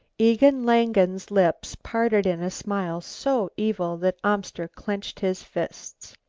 egon langen's lips, parted in a smile so evil that amster clenched his fists.